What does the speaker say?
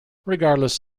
regardless